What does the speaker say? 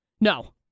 No